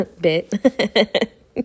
bit